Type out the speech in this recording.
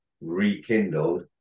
rekindled